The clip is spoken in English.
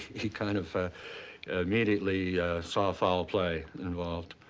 he kind of ah immediately saw foul play involved.